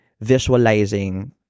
visualizing